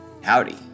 Howdy